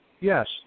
Yes